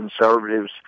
conservatives